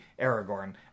Aragorn